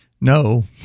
No